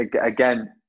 Again